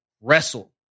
wrestle